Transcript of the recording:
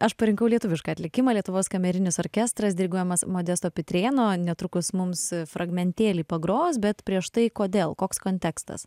aš parinkau lietuvišką atlikimą lietuvos kamerinis orkestras diriguojamas modesto pitrėno netrukus mums fragmentėlį pagros bet prieš tai kodėl koks kontekstas